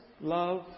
love